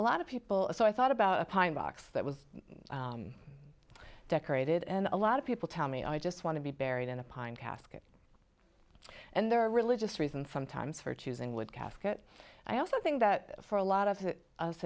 a lot of people and so i thought about a pine box that was decorated and a lot of people tell me i just want to be buried in a pine casket and there are religious reasons sometimes for choosing wood casket i also think that for a lot of us